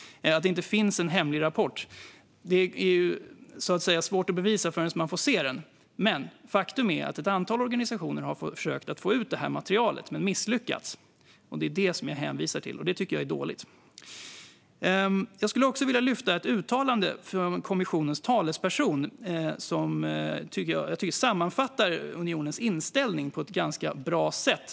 Att det inte finns en hemlig rapport är så att säga svårt att bevisa förrän man får se den, men faktum är att ett antal organisationer har försökt få ut materialet men misslyckats. Det är detta jag hänvisar till, och jag tycker att det är dåligt. Jag skulle också vilja lyfta ett uttalande av kommissionens talesperson som jag tycker sammanfattar unionens inställning på ett ganska bra sätt.